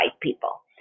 people